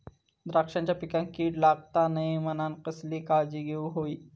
द्राक्षांच्या पिकांक कीड लागता नये म्हणान कसली काळजी घेऊक होई?